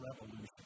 revolution